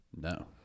No